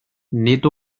nid